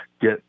get